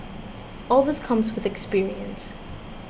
all this comes with experience